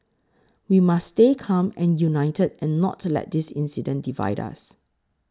we must stay calm and united and not let this incident divide us